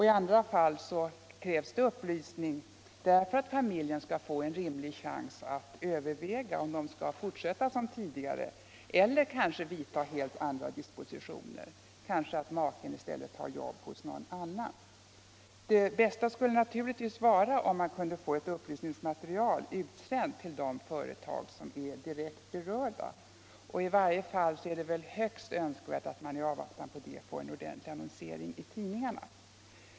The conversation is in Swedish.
I andra fall krävs det upplysning för att familjen skall få en rimlig chans att överväga om man skall fortsätta som tidigare eller vidta andra dispositioner, kanske att maken i stället tar jobb hos någon annan. Det bästa skulle naturligtvis vara om upplysningsmaterial sändes ut till de företag som är direkt berörda. I varje fall är det väl högst önskvärt att det i avvaktan på detta sker en ordentlig annonsering i tidningarna.